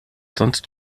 sonst